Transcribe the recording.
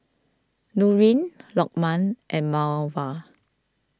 Nurin Lokman and Mawar